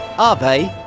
ave,